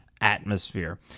atmosphere